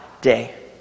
day